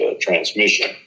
transmission